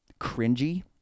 cringy